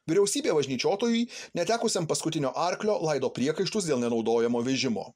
vyriausybė važnyčiotojui netekusiam paskutinio arklio laido priekaištus dėl nenaudojamo vežimo